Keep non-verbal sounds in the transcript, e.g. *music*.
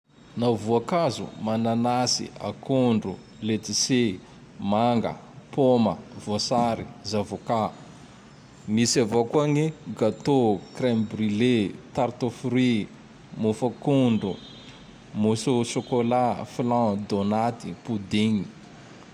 *noise* Naho *noise* voakazo: *noise* mananasy, *noise* akondro, *noise* ledisy, *noise* manga, *noise* poma, *noise* voasary, *noise* zavôcat. *noise* Misy *noise* *noise* avao *noise* koa *noise* gny: *noise* gatô, *noise* creme brulé, *noise* tarte au fruit, *noise* mofo akondro, *noise* moso *noise* au *noise* chocolat, *noise* flan, *noise* donaty, *noise* pongigny. *noise*